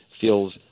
feels